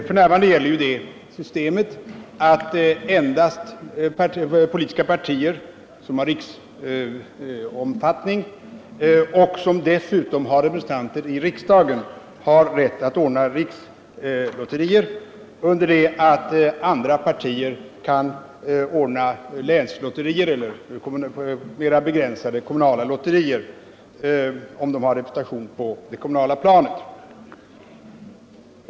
F. n. gäller det systemet att endast politiska partier med riksomfattning och sådana som dessutom är representerade i riksdagen har rätt att ordna rikslotterier, medan andra partier får ordna länslotterier eller mer begränsade kommunala lotterier, om de är representerade på det kommunala planet.